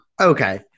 Okay